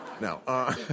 No